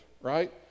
right